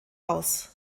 aus